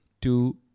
two